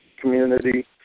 community